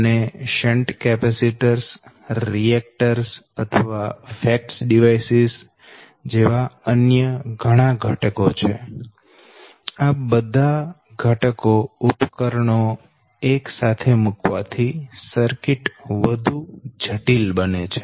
અને shunt capacitor reactors અથવા FACTS જેવા અન્ય ઘણા ઘટકો છે આ બધા ઘટકો ઉપકરણો એક સાથે મૂકવાથી સર્કિટ વધુ જટિલ બને છે